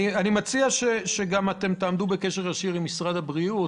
אני מציע שתעמדו בקשר ישיר עם משרד הבריאות,